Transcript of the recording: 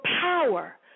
power